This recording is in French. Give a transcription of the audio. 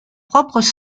propres